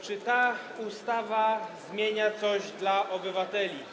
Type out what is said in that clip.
Czy ta ustawa zmienia coś dla obywateli?